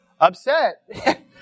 upset